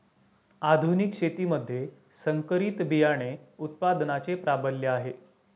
आधुनिक शेतीमध्ये संकरित बियाणे उत्पादनाचे प्राबल्य आहे